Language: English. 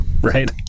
Right